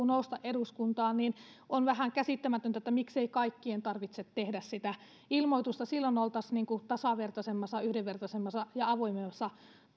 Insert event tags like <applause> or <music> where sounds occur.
<unintelligible> nousta eduskuntaan niin on vähän käsittämätöntä miksei kaikkien tarvitse tehdä sitä ilmoitusta silloin oltaisiin tasavertaisemmassa yhdenvertaisemmassa ja avoimemmassa